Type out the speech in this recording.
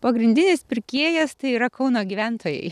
pagrindinis pirkėjas tai yra kauno gyventojai